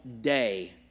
day